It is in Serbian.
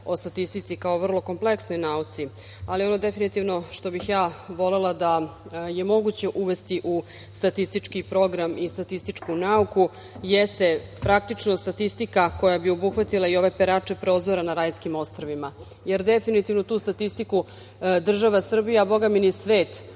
o statistici kao vrlo kompleksnoj nauci, ali ono definitivno što bih ja volela da je moguće uvesti u statistički program i statističku nauku jeste praktično statistika koja bi obuhvatila i ove perače prozora na rajskim ostrvima, jer definitivno tu statistiku država Srbija, a Boga mi, ni svet,